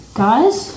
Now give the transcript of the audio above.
guys